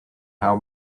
how